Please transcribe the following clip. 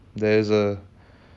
uh immoral or what